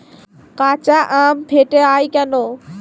কাঁচা আম ফেটে য়ায় কেন?